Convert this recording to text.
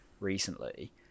recently